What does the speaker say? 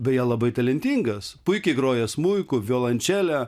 beje labai talentingas puikiai groja smuiku violončele